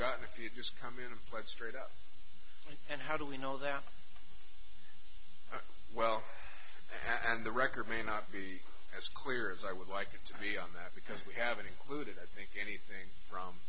gotten a few days come in and play it straight out and how do we know that well and the record may not be as clear as i would like it to be on that because we haven't included i think anything from